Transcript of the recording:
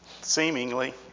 seemingly